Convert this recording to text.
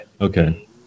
Okay